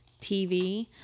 TV